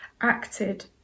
acted